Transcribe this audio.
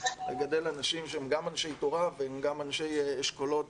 לגדל אנשים שהם גם אנשי תורה וגם אנשי אשכולות